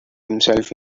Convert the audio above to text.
himself